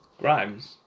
Grimes